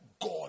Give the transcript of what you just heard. God